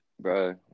Bro